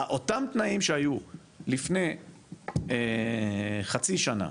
אותם תנאים שהיו לפני חצי שנה,